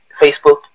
Facebook